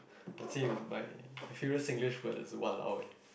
I would say my favourite Singlish word is !walao! eh